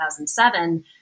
2007